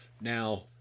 Now